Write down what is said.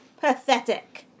pathetic